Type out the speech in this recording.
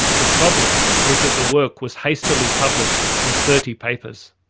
the problem was that the work was hastily published in thirty papers.